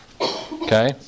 Okay